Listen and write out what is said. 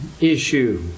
issue